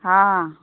ହଁ